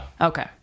Okay